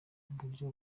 buryo